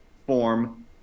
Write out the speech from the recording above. form